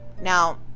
Now